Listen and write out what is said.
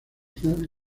islas